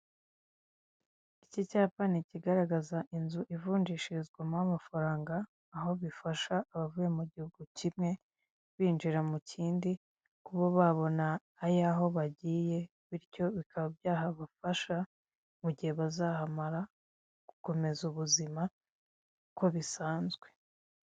Iki cyapa kigaragaza inzu ivunjishirizwamo amafaranga, aho gifasha abavuye mu gihugu kimwe binjira mu kindi, kuba babona ay'aho bagiye bityo bikaba byahabafasha mu gihe bazahamara gukomeza ubuzima uko bisanzwe.